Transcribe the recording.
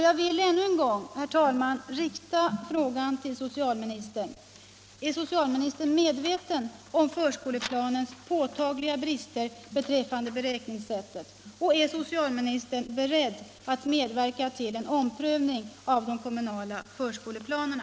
Jag vill ännu en gång, herr talman, rikta frågan till socialministern: Är socialministern medveten om förskoleplanens påtagliga brister beträffande beräkningssättet, och är socialministern beredd att medverka till en omprövning av de olika kommunala förskoleplanerna?